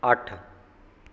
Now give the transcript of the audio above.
ਅੱਠ